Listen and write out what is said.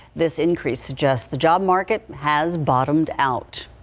this increase just the job market has bottomed out.